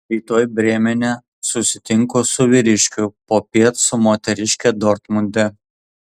rytoj brėmene susitinku su vyriškiu popiet su moteriške dortmunde